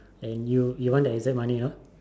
and you you want the exact money you know